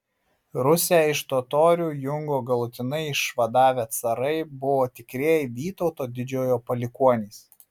rusią iš totorių jungo galutinai išvadavę carai buvo tikrieji vytauto didžiojo palikuonys